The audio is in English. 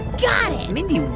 got it mindy,